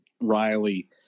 Riley